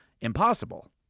impossible